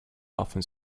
often